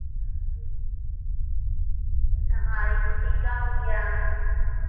अच्छा हाँ एक ठो टीका हो गया